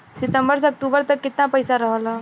सितंबर से अक्टूबर तक कितना पैसा रहल ह?